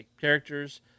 characters